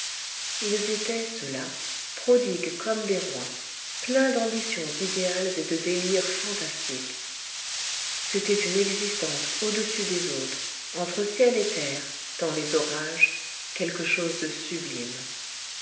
ils étaient ceuxlà prodigues comme des rois pleins d'ambitions idéales et de délires fantastiques c'était une existence au-dessus des autres entre ciel et terre dans les orages quelque chose de sublime